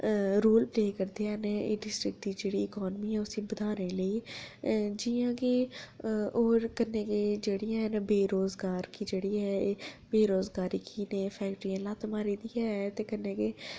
role play करदे हैन industry जेह्ड़ी इकानमी ऐ उसी बधाने लेई जि'यां कि होर कन्नै गै जेह्ड़ियां हैन बेरोजगार कि जेह्ड़े ऐ बेरोजगारी गी इनें फैक्टरियें लत्त मारी दी ऐ ते कन्नै गै